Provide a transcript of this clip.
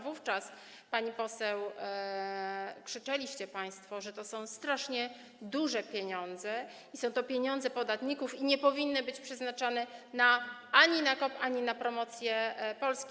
Wówczas, pani poseł, krzyczeliście państwo, że to są strasznie duże pieniądze, że są to pieniądze podatników i nie powinny być przeznaczane ani na COP, ani na promocję Polski.